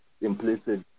implicit